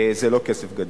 זה לא כסף גדול.